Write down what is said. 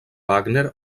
wagner